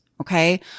okay